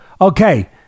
Okay